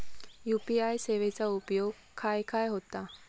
UPI सेवेचा उपयोग खाय खाय होता?